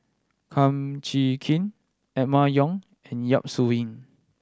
Kum Chee Kin Emma Yong and Yap Su Yin